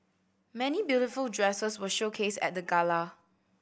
many beautiful dresses were showcased at the gala